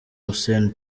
hussein